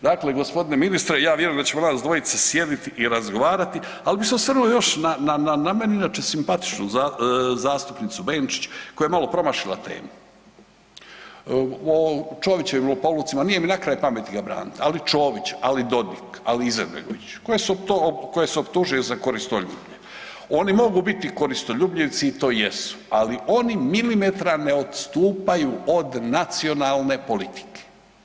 Dakle, gospodine ministre ja vjerujem da ćemo nas dvojica sjedit i razgovarati, ali bi se osvrnuo još na, na meni inače simpatičnu zastupnicu Benčić, koja je malo promašila temu o Čovićevim lopovlucima, nije mi na kraj pameti ga braniti, ali Čović, ali Dodik, ali Izetbegović koje se optužuje za koristoljublje, oni mogu biti koristoljubljivci i to jesu, ali oni milimetra ne odstupaju od nacionalne politike.